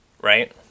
right